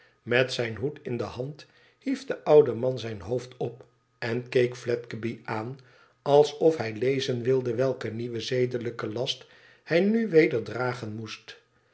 met zijn hoed in de hand hief de oude man zijn hoofd op en keek fledgeby aan alsof hij lezen wilde welken nieuwen zedelijken last hij nu weder dragen moest